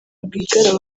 rwigara